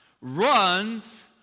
runs